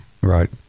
Right